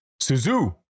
suzu